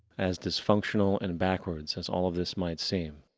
as dysfunctional and backwards as all of this might seem,